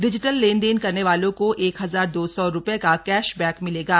डि जि ट ल लेनदेन करने वालों को एक हजार दो सौ रूपये का कै श बै क मि ले गा